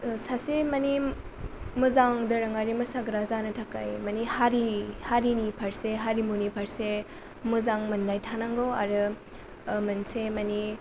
ओ सासे माने मोजां दोरोङारि मोसाग्रा जानो थाखाय माने हारिनि फारसे हारिमुनि फारसे मोजां मोननाय थानांगौ आरो ओ मोनसे माने